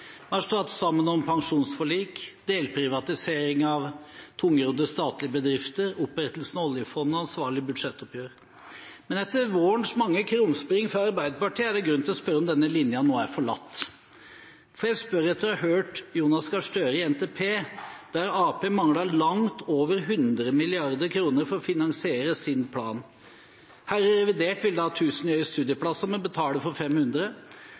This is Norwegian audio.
Vi har stått sammen om pensjonsforlik, delprivatisering av tungrodde statlige bedrifter, opprettelsen av oljefondet og ansvarlige budsjettoppgjør. Men etter vårens mange krumspring fra Arbeiderpartiet er det grunn til å spørre om denne linjen nå er forlatt. Jeg spør etter å ha hørt Jonas Gahr Støre i debatten om NTP, der Arbeiderpartiet manglet langt over 100 mrd. kr for å finansiere sin plan. Her i revidert ville han ha 1 000 nye studieplasser, men betale for 500.